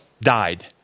died